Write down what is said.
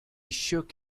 shook